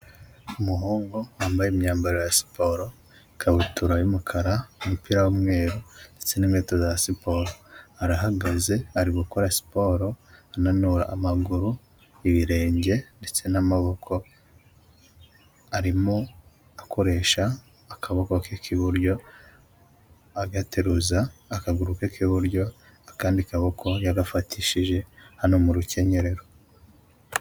Umuhungu wambaye imyambaro ya siporo ikabutura y'umukara, umupira w'umweru ndetse n'inkweto za siporo, arahagaze ari gukora siporo ananura amaguru, ibirenge ndetse n'amaboko, arimo akoresha akaboko ke k'iburyo agateruza akaguru ke k'iburyo akandi kaboko yaragafatishije hano mu rukenyerero.